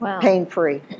pain-free